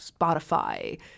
Spotify